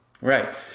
Right